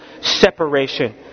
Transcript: separation